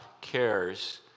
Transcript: cares